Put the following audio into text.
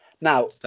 Now